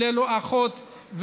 ללא אחות,